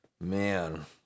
man